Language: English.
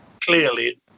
clearly